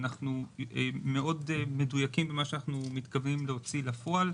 אנחנו מאוד מדויקים במה שאנחנו מתכוונים להוציא לפועל.